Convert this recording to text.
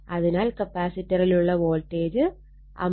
അതിനാൽ കപ്പാസിറ്ററിലുള്ള വോൾട്ടേജ് 50 0